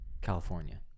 California